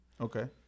okay